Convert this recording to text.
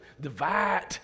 divide